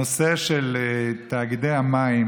הנושא של תאגידי המים